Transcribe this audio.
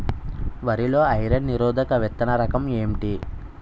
వరి లో ఐరన్ నిరోధక విత్తన రకం ఏంటి?